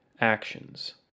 Actions